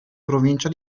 provincia